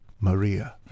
Maria